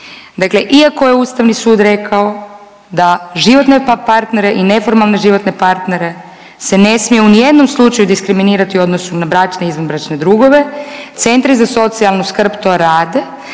Dakle, iako je Ustavni sud rekao da životne partnere i neformalne životne partnere se ne smije u ni jednom slučaju diskriminirati u odnosu na bračne i izvan bračne drugove. Centri za socijalnu skrb to rade